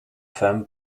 femme